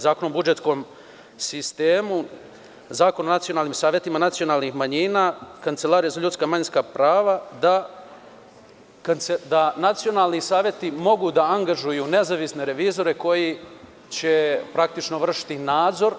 Zakona o budžetskom sistemu, Zakon o nacionalnim savetima nacionalnih manjina, Kancelarija za ljudska i manjinska prava, da nacionalni saveti mogu da angažuju na nezavisne revizore koji će praktično vršiti nadzor.